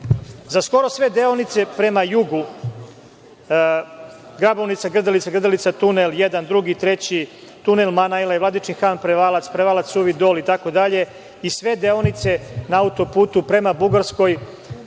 Za skoro sve deonice prema jugu Grabovnica, Grdelica, Grdelica tunel, jedan, drugi, treći, tunel Manojle, Vladičin Han, Prevalac, Prevalac - Suvi Dol, itd. i sve deonice na autoputu prema Bugarskoj,